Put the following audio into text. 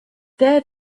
there